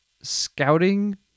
scouting